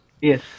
Yes